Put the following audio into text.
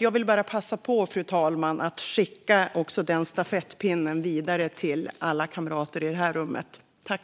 Jag vill passa på, fru talman, att skicka den stafettpinnen vidare till alla kamrater i det här rummet. Jag